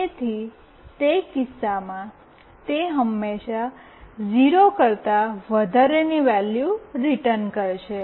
તેથી તે કિસ્સામાં તે હંમેશાં 0 કરતા વધારે ની વૅલ્યુ રીટર્ન કરશે